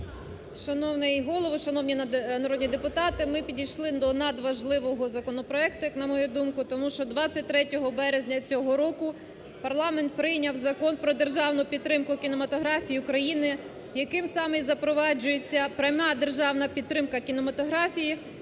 Шановний Голово, шановні народні депутати! Ми підійшли до надважливого законопроекту, як на мою думку. Тому що 23 березня цього року парламент прийняв Закон про державну підтримку кінематографії України, яким саме і запроваджується пряма державна підтримка кінематографії, успішно